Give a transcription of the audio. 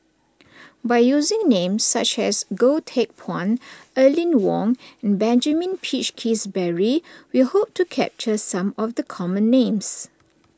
by using names such as Goh Teck Phuan Aline Wong and Benjamin Peach Keasberry we hope to capture some of the common names